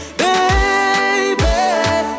baby